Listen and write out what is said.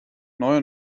neuer